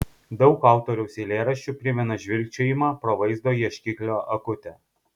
daug autoriaus eilėraščių primena žvilgčiojimą pro vaizdo ieškiklio akutę